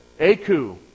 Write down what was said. Aku